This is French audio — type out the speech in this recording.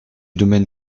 domaine